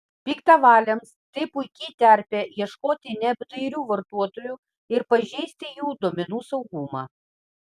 piktavaliams tai puiki terpė ieškoti neapdairių vartotojų ir pažeisti jų duomenų saugumą